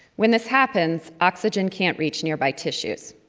when this happens, oxygen can't reach nearby tissues.